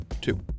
Two